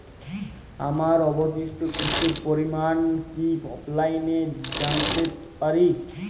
আমার অবশিষ্ট কিস্তির পরিমাণ কি অফলাইনে জানতে পারি?